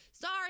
Sorry